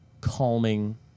calming